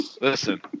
listen